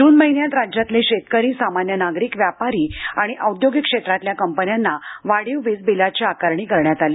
जून महिन्यात राज्यातले शेतकरी सामान्य नागरिक व्यापारी आणि औद्योगिक क्षेत्रातल्या कंपन्यांना वाढीव वीजबिलाची आकारणी करण्यात आली